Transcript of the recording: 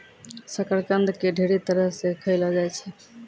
शकरकंद के ढेरी तरह से खयलो जाय छै